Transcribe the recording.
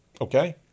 Okay